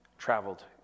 traveled